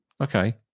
Okay